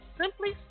Simply